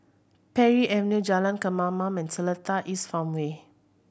Parry Avenue Jalan Kemaman and Seletar East Farmway